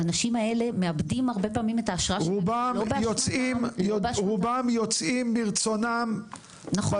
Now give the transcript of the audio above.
האנשים האלה הרבה פעמים מאבדים את האשרה --- רובם יוצאים מרצונם בזמן.